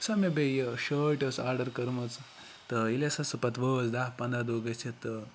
یۄس سَہ مےٚ بیٚیہِ شٲٹۍ ٲسۍ آرڈَر کٔرمٕژ تہٕ ییٚلہِ ہَسا سۄ پَتہٕ وٲژ دہ پَنٛداہ دۄہ گٔژھِتھ